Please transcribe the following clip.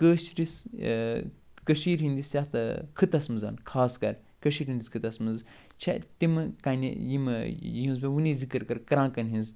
کٲشرِس کٔشیٖرِ ہِنٛدِس یَتھ خٕطس منٛز خاص کر کٔشیٖرِ ہِنٛدِس خٕطس منٛز چھےٚ تِمہٕ کَنہِ یِم یِہنٛز مےٚ وٕنی ذِکٕر کٔر کرٛانٛکن ہِنٛز